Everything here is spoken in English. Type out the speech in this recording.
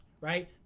right